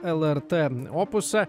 lrt opusą